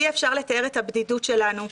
אי אפשר לתאר את הבדידות שלנו,